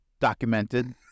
documented